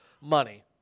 money